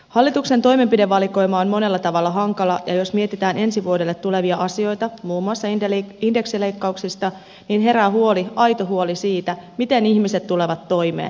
hallituksen toimenpidevalikoima on monella tavalla hankala ja jos mietitään ensi vuodelle tulevia asioita muun muassa indeksileikkauksia niin herää huoli aito huoli siitä miten ihmiset tulevat toimeen